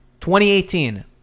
2018